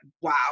wow